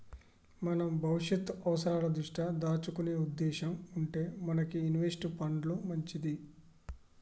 మనం భవిష్యత్తు అవసరాల దృష్ట్యా దాచుకునే ఉద్దేశం ఉంటే మనకి ఇన్వెస్ట్ పండ్లు మంచిది